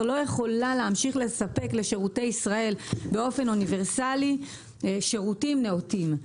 לא יכולה להמשיך לספק לתושבי ישראל באופן אוניברסלי שירותים נאותים.